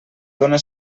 dóna